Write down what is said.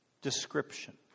description